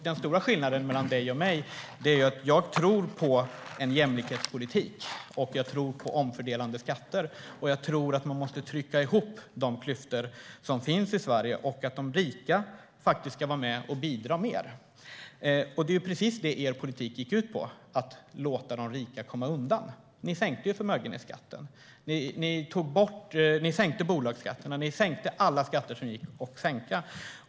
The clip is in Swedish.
Den stora skillnaden mellan dig och mig är att jag tror på en jämlikhetspolitik och tror på omfördelande skatter, och jag tror att man måste trycka ihop de klyftor som finns i Sverige och tycker att de rika ska vara med och bidra mer. Men det er politik gick ut på var precis att låta de rika komma undan. Ni sänkte förmögenhetsskatten. Ni sänkte bolagsskatterna. Ni sänkte alla skatter som gick att sänka.